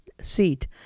seat